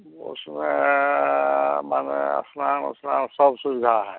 उसमें मानो सब सुविधा है